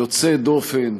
יוצא דופן,